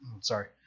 Sorry